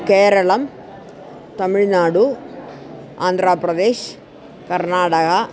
केरला तमिल्नाडु आन्ध्रप्रदेशः कर्नाटका